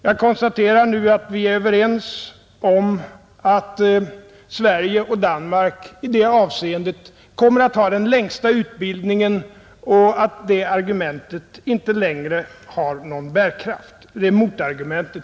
Jag konstaterar nu att vi är överens om att Sverige och Danmark kommer att ha den längsta utbildningen och att det motargumentet mot propositionen inte längre har någon bärkraft.